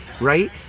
right